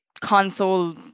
console